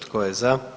Tko je za?